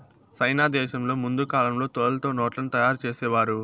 సైనా దేశంలో ముందు కాలంలో తోలుతో నోట్లను తయారు చేసేవారు